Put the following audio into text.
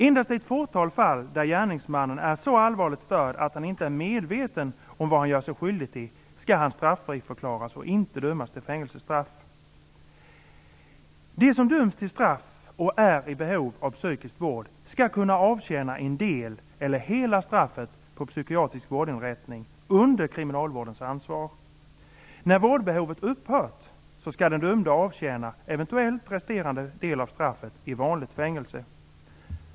Endast i ett fåtal fall där gärningsmannen är så allvarligt störd att han inte är medveten om vad han gör sig skyldig till skall han straffriförklaras och inte dömas till fängelsestraff. De som döms till straff och är i behov av psykisk vård skall kunna avtjäna en del eller hela straffet på psykiatrisk vårdinrättning under kriminalvårdens ansvar. När vårdbehovet har upphört skall den dömde avtjäna eventuellt resterande del av straffet i vanligt fängelse.